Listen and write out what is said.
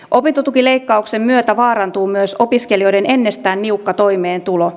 opintotukileikkauksen myötä vaarantuu myös opiskelijoiden ennestään niukka toimeentulo